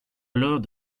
alors